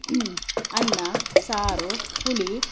ಅನ್ನ ಸಾರು ಹುಳಿ